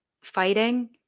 fighting